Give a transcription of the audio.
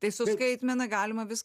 tai su skaitmena galima viską